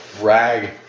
rag